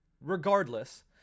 Regardless